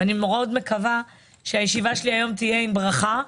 ואני מאוד מקווה שהישיבה שלי היום תהיה עם ברכה,